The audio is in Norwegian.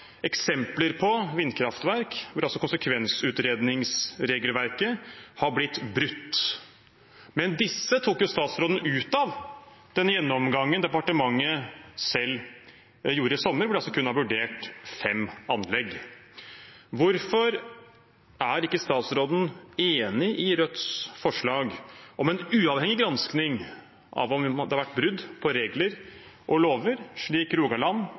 eksempler på vindkraftverk hvor konsekvensutredningsregelverket er blitt brutt. Men disse tok jo statsråden ut av den gjennomgangen departementet selv gjorde i sommer, hvor de altså kun har vurdert fem anlegg. Hvorfor er ikke statsråden enig i Rødts forslag om en uavhengig gransking av om det har vært brudd på regler og lover, slik Rogaland